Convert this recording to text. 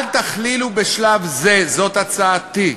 אל תכלילו בשלב זה, זאת הצעתי,